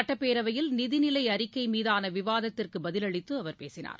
சுட்டப்பேரவையில் நிதி நிலை அறிக்கை மீதான விவாதத்திற்கு பதிலளித்து அவர் பேசினார்